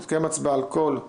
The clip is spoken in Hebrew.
תתקיים הצבעה על 100